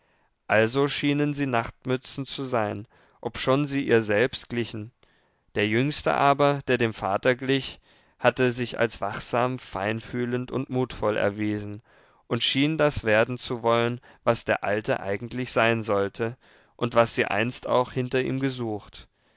also schienen sie nachtmützen zu sein obschon sie ihr selbst glichen der jüngste aber der dem vater glich hatte sich als wachsam feinfühlend und mutvoll erwiesen und schien das werden zu wollen was der alte eigentlich sein sollte und was sie einst auch hinter ihm gesucht